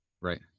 Right